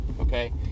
Okay